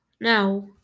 Now